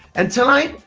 and tonight,